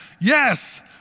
yes